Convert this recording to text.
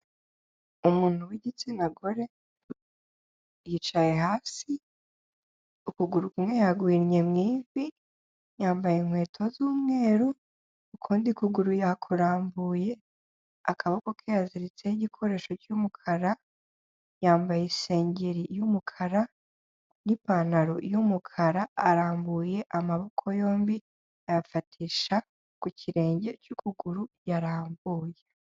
Umuntu w'igitsina gore, yicaye hasi, ukuguru kumwe yaguhinnye mu ivi, yambaye inkweto z'umweru, ukundi kuguru yakurambuye, akaboko ke yaziritseho igikoresho cy'umukara, yambaye isengeri y'umukara, n'ipantaro y'umukara, arambuye amaboko yombi, ayafatisha ku kirenge cy'ukuguru, yarambuye.